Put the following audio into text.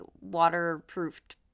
waterproofed